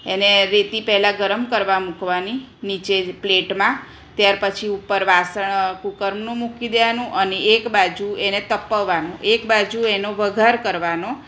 એને રેતી પહેલાં ગરમ કરવા મૂકવાની નીચે પ્લેટમાં ત્યાર પછી ઉપર વાસણ કૂકરનું મૂકી દેવાનું અને એક બાજુ એને તપાવવાનું એક બાજુ એનો વઘાર કરવાનો